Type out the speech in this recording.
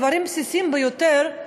דברים בסיסיים ביותר,